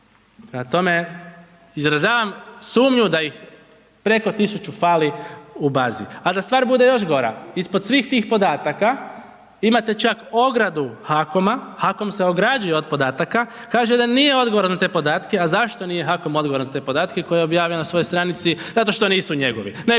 tome, izražavam sumnju da ih preko 100 fali u bazi a da stvar bude još gora, ispod svih tih podataka, imate čak ogradu HAKOM-a, HAKOM se ograđuje od podataka, kaže da nije odgovoran za te podatke a zašto nije HAKON odgovoran za te podatke koje je objavio na svojoj stranici? Zato što nisu njegovi nego